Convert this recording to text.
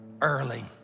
Early